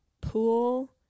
Pool